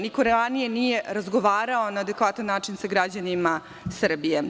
Niko ranije nije razgovarao na adekvatan način sa građanima Srbije.